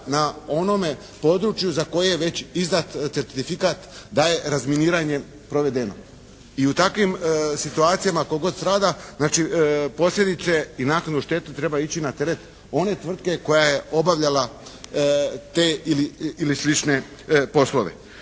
na onome području za koje je već izdat certifikat da je razminiranje provedeno. I u takvim situacijama tko god strada znači posljedice i naknada štete treba ići na teret one tvrtke koja je obavljala te ili slične poslove.